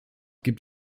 gibt